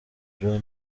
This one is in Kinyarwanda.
joe